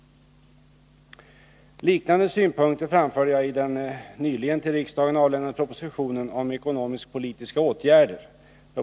Liknande synpunkter framförde jag i den nyligen till riksdagen avlämnade propositionen om ekonomisk-politiska åtgärder .